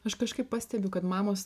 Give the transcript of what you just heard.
aš kažkaip pastebiu kad mamos